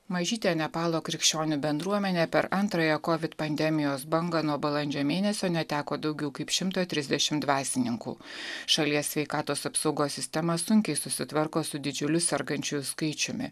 mažytė nepalo krikščionių bendruomenė per antrąją kovid pandemijos bangą nuo balandžio mėnesio neteko daugiau kaip šimto trisdešimt dvasininkų šalies sveikatos apsaugos sistema sunkiai susitvarko su didžiuliu sergančiųjų skaičiumi